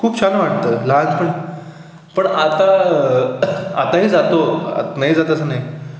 खूप छान वाटतं लहानपणी पण आता आताही जातो आत नाही जात असं नाही